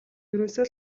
ерөөсөө